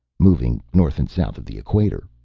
moving north and south of the equator,